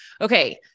Okay